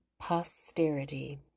Posterity